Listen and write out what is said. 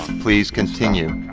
please, continue.